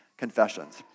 confessions